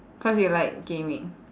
cause you like gaming